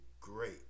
great